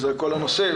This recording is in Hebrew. זה כל הנושא,